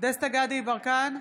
דסטה גדי יברקן,